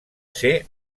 ser